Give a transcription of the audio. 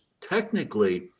technically